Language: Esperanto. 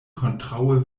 kontraŭe